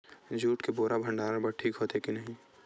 Jute के बोरा भंडारण बर ठीक होथे के नहीं?